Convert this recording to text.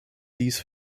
dies